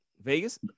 Vegas